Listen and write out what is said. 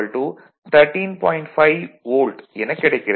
5 volt எனக் கிடைக்கிறது